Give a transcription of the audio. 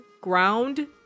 ground